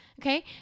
Okay